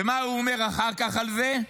ומה הוא אומר אחר כך על זה?